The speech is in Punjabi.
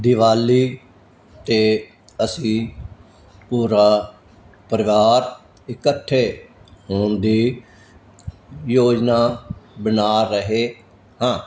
ਦੀਵਾਲੀ 'ਤੇ ਅਸੀਂ ਪੂਰਾ ਪਰਿਵਾਰ ਇਕੱਠੇ ਹੋਣ ਦੀ ਯੋਜਨਾ ਬਣਾ ਰਹੇ ਹਾਂ